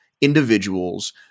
individuals